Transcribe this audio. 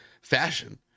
fashion